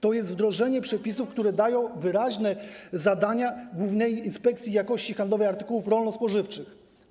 To jest wdrożenie przepisów, które dają wyraźne zadania Głównemu Inspektoratowi Jakości Handlowej Artykułów Rolno-Spożywczych.